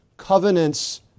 covenants